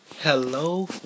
hello